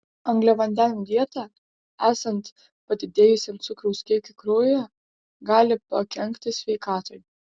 angliavandenių dieta esant padidėjusiam cukraus kiekiui kraujyje gali pakenkti sveikatai